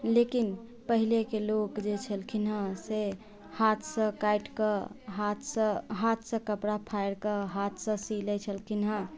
लेकिन पहिलेके लोक जे छलखिन हैं से हाथसँ काटिके हाथसँ हाथसँ कपड़ा फाड़िके हाथसँ सी लै छलखिन हैं